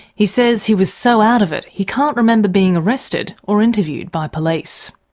he says he was so out of it he can't remember being arrested, or interviewed by police.